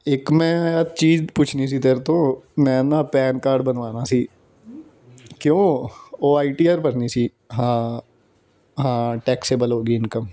ਇੱਕ ਮੈਂ ਚੀਜ਼ ਪੁੱਛਣੀ ਸੀ ਤੇਰੇ ਤੋਂ ਮੈਂ ਨਾ ਪੈਨ ਕਾਰਡ ਬਣਵਾਉਣਾ ਸੀ ਕਿਉਂ ਉਹ ਆਈ ਟੀ ਆਰ ਭਰਨੀ ਸੀ ਹਾਂ ਹਾਂ ਟੈਕਸੇਬਲ ਹੋ ਗਈ ਇਨਕਮ